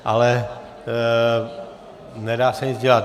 Ale nedá se nic dělat.